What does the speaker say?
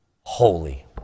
holy